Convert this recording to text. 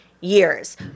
years